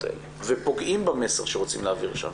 האלה ופוגעים במסר שרוצים להעביר שם.